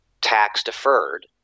tax-deferred